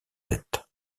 tête